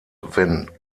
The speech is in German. wenn